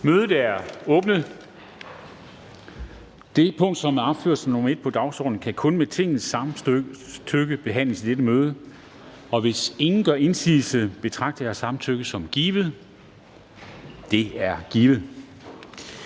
Kristensen): Det punkt, som er opført som nr. 1 på dagsordenen, kan kun med Tingets samtykke behandles i dette møde. Hvis ingen gør indsigelse, betragter jeg samtykket som givet. Det er givet.